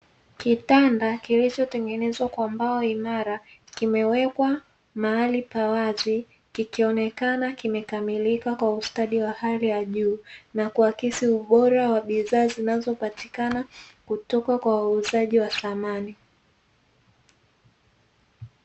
Kitanda kilichotengenezwa kwa mbao imara kimewekwa mahali pa wazi, kikionekana kimekamilika kwa ustadi wa hali ya juu na kuakisi ubora wa bidhaa zinazopatikana kutoka kwa wauzaji wa samani.